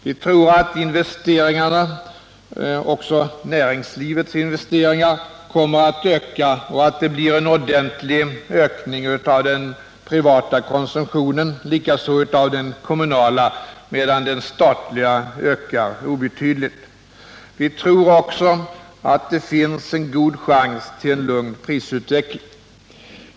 Vi tror att investeringarna — också inom näringslivet — kommer att öka och att det blir en ordentlig stegring av den privata konsumtionen och likaså av den kommunala medan den statliga höjs obetydligt. Vi tror också att det finns en god chans till en lugn prisutveckling.